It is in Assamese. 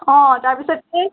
অ' তাৰপিছত সেই